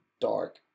dark